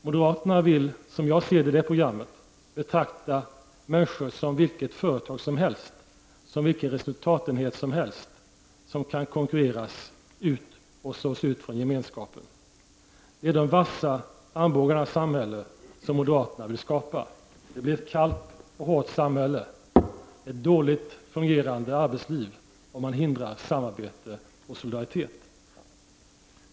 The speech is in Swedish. Moderaterna vill, som jag ser det, i det programmet betrakta människor som vilket företag som helst, som vilken resultatenhet som helst, som kan konkurreras ut och slås ut från gemenskapen. Moderaterna vill skapa de vassa armbågarnas samhälle. Det blir ett kallt och hårt samhälle och ett dåligt fungerande arbetsliv om man hindrar samarbete och solidaritet.